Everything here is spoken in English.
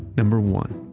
number one,